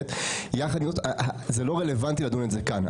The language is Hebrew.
יחד עם זאת לא רלוונטי לדון בזה כאן.